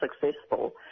successful